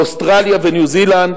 באוסטרליה וניו-זילנד,